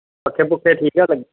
ਪੱਖੇ ਪੁਖੇ ਠੀਕ ਹੈ ਲੱਗ